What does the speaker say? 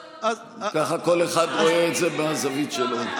ככה כל אחד רואה את זה מהזווית שלו.